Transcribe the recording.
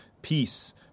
peace